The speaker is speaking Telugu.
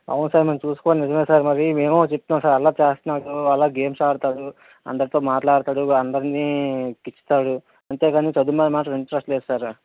అవును సార్ మేము చూసుకోవాలి నిజమే సార్ మరీ మేమూ చెప్తున్నాం సారూ అల్లరి చేస్తున్నాడు ఆలా గేమ్స్ ఆడతాడు అందరతో మాట్లాడతాడు అందరినీ గిచ్చుతాడు అంతేకానీ చదువు మీద మాత్రం ఇంట్రెస్ట్ లేదు సారు